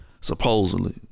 Supposedly